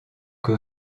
que